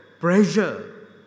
pressure